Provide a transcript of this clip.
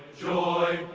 joy,